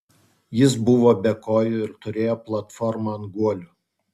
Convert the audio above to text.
jis buvo be kojų ir turėjo platformą ant guolių